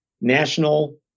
national